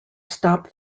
stop